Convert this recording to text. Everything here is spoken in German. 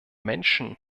menschen